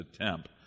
attempt